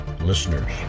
listeners